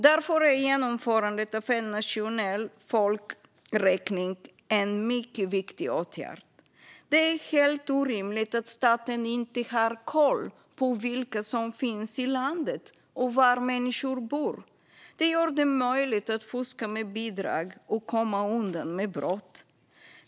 Därför är genomförandet av en nationell folkräkning en mycket viktig åtgärd. Det är helt orimligt att staten inte har koll på vilka människor som finns i landet och var de bor. Det gör det möjligt att fuska med bidrag och komma undan med brott.